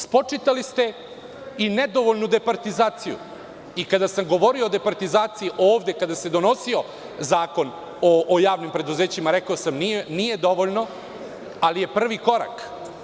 Spočitali ste i nedovoljnu departizaciju i kada sam govorio o departizaciji ovde kada se donosio zakon o javnim preduzećima, rekao sam – nije dovoljno, ali je prvi korak.